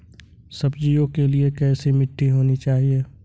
सब्जियों के लिए कैसी मिट्टी होनी चाहिए?